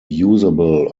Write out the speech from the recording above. usable